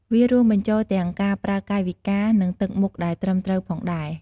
វារួមបញ្ចូលទាំងការប្រើកាយវិការ និងទឹកមុខដែលត្រឹមត្រូវផងដែរ។